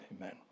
Amen